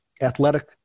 athletic